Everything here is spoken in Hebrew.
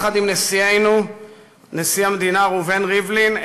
יחד עם נשיאנו נשיא המדינה ראובן ריבלין,